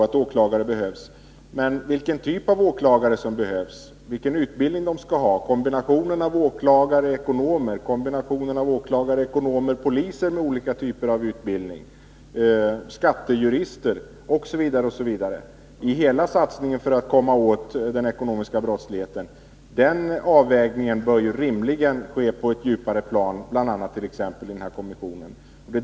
Men det gäller också vilken typ av åklagare som behövs, vilken utbildning de skall ha, om vi skall ha kombinationen åklagare-ekonomer eller kombinationen åklagare-ekonomer-poliser med olika typer av utbildningar, om vi skall ha skattejurister, osv. Man måste se på hela satsningen för att komma åt den ekonomiska brottsligheten, och den avvägningen bör rimligen ske på ett djupare plan, exempelvis i den här kommissionen.